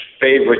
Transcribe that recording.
favorite